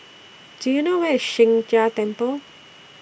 Do YOU know Where IS Sheng Jia Temple